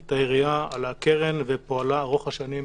את היריעה על הקרן ופועלה ארוך השנים בישראל.